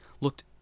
looked